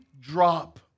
drop